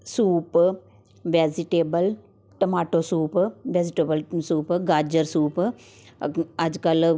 soup vegetable tomato soup vegetable soup ਗਾਜਰ soup ਅੱਜ ਕੱਲ੍ਹ